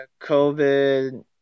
covid